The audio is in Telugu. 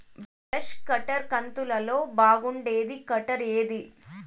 బ్రష్ కట్టర్ కంతులలో బాగుండేది కట్టర్ ఏది?